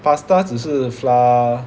pasta 只是 flour